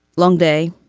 long day,